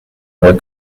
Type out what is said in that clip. were